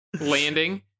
landing